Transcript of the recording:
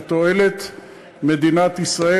לתועלת מדינת ישראל,